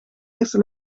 eerste